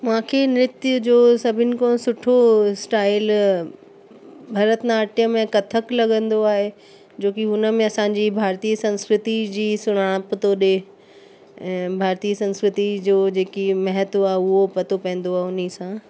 मूंखे नृत्य जो सभिन खां सुठो स्टाइल भरतनाट्यम ऐं कथक लॻंदो आहे जो की उनमें असांजी भारतीय संस्कृति जी सुञाणप थो ॾिए ऐं भारतीय संस्कृति जो जेकी महत्व आहे उहो पतो पवंदो आहे उनसां